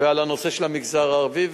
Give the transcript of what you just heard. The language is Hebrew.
ועל הנושא של המגזר הערבי.